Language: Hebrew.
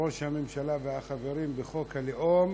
ראש הממשלה והחברים בחוק הלאום